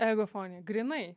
egofonija grynai